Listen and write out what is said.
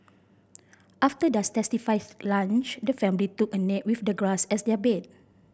after their satisfying lunch the family took a nap with the grass as their bed